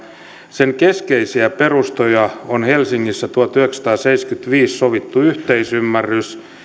sen keskeisiä perustoja on helsingissä tuhatyhdeksänsataaseitsemänkymmentäviisi sovittu yhteisymmärrys